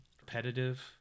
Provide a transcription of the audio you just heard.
repetitive-